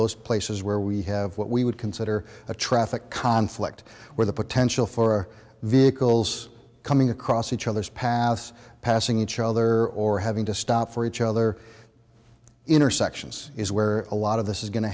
those places where we have what we would consider a traffic conflict where the potential for vehicles coming across each other's paths passing each other or having to stop for each other intersections is where a lot of this is going to